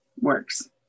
works